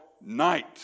night